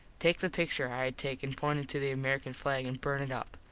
take the pictur i had taken pointin to the american flag an burn it up.